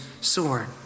sword